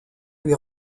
lui